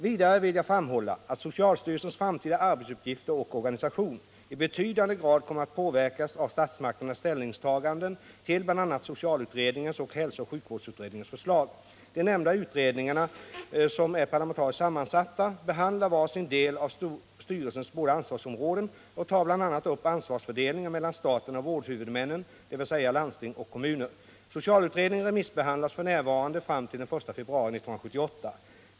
Vidare vill jag framhålla att socialstyrelsens framtida arbetsuppgifter och organisation i betydande grad kommer att påverkas av statsmakternas ställningstaganden till bl.a. socialutredningens och hälsooch sjukvårdsutredningens förslag. De nämnda utredningarna, som är parlamentariskt sammansatta, behandlar var sin del av styrelsens båda ansvarsområden och tar bl.a. upp ansvarsfördelningen mellan staten och vårdhuvudmännen, dvs. landsting och kommuner. Socialutredningen remissbehandlas f.n. fram till den 1 februari 1978.